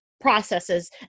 processes